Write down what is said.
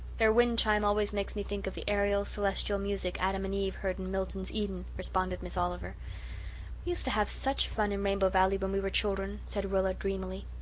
their wind chime always makes me think of the aerial, celestial music adam and eve heard in milton's eden, responded miss oliver. we used to have such fun in rainbow valley when we were children, said rilla dreamily.